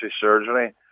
surgery